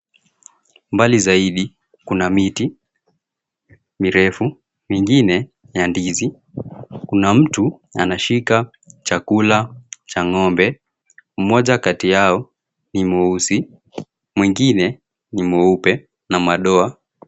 Mbali zaidi kuna miti mirefu, mingine ya ndizi. Kuna mtu anashika chakula cha ng'ombe. Mmoja kati yao ni mweusi. Mwengine ni mweupe na madoa.